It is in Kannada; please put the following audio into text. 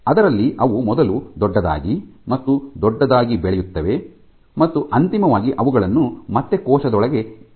ಅದರಲ್ಲಿ ಅವು ಮೊದಲು ದೊಡ್ಡದಾಗಿ ಮತ್ತು ದೊಡ್ಡದಾಗಿ ಬೆಳೆಯುತ್ತವೆ ಮತ್ತು ಅಂತಿಮವಾಗಿ ಅವುಗಳನ್ನು ಮತ್ತೆ ಕೋಶದೊಳಗೆ ಎಳೆಯಲಾಗುತ್ತದೆ